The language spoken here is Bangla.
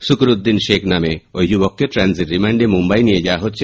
সুকুরুদ্দিন শেখ নামে ওই যুবককে ট্র্যানজিট রিমান্ডে মুম্বাই নিয়ে যাওয়া হয়েছে